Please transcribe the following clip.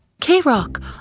K-Rock